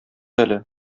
әле